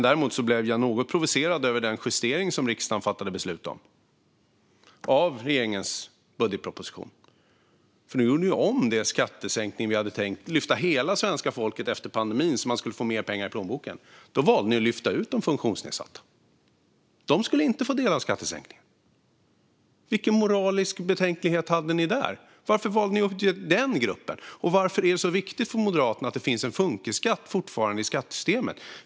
Jag blev därför något provocerad av den justering av regeringens budgetproposition som riksdagen fattade beslut om. I vår skattesänkning som skulle lyfta hela svenska folket efter pandemin och ge alla mer pengar i plånboken valde ni att lyfta ut de funktionsnedsatta så att de inte skulle få del av skattesänkningen. Vad hade ni för moralisk betänklighet där? Varför valde ni just den gruppen? Varför är det så viktigt för Moderaterna att det fortsätter att finnas en funkisskatt i skattesystemet?